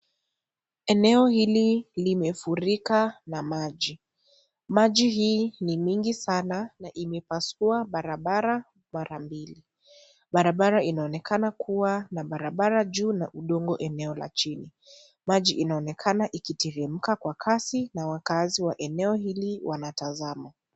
Eneo hili limefurika na maji, maji haya ni mingi sana na yamepasua barabara mara mbili, barabara inaonekana kuwa na barabara juu na udongo eneo la chini maji inaonekana ikiteremka kwa kazi na wakaazi wa eneo hili wanatazama.